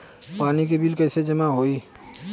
पानी के बिल कैसे जमा होयी?